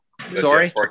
sorry